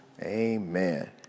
Amen